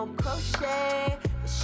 crochet